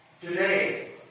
Today